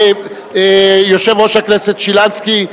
יושב-ראש הכנסת שילנסקי,